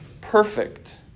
perfect